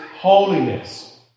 holiness